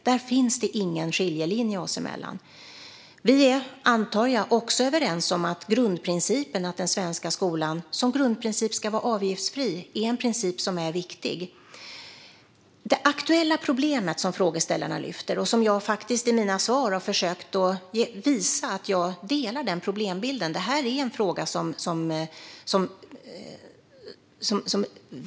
Det finns ingen skiljelinje mellan oss. Vi är också överens, antar jag, om grundprincipen att den svenska skolan ska vara avgiftsfri och att den principen är viktig. Den aktuella problembild som frågeställarna lyfter fram har jag i mina svar försökt visa att jag delar.